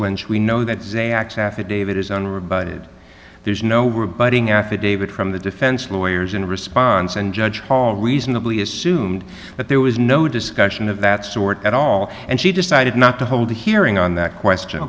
lynch we know that xanax affidavit is under about it there's no word butting affidavit from the defense lawyers in response and judge paul reasonably assumed that there was no discussion of that sort at all and she decided not to hold a hearing on that question